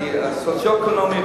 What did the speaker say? כי הסוציו-אקונומי,